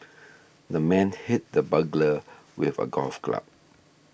the man hit the burglar with a golf club